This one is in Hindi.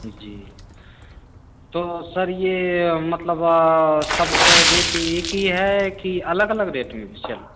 जी तो सर ये मतलब सबका रेट एक ही है कि अलग अलग रेट में